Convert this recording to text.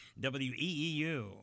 WEEU